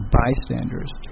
bystanders